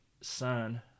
son